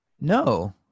No